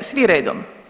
svi redom.